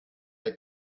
der